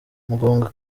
muganga